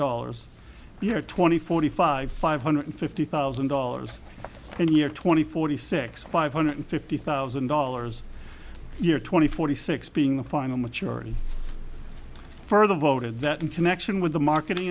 dollars here twenty forty five five hundred fifty thousand dollars and here twenty forty six five hundred fifty thousand dollars year twenty forty six being the final maturity further voted that in connection with the marketing